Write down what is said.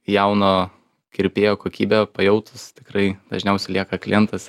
jauno kirpėjo kokybę pajautus tikrai dažniausiai lieka klientas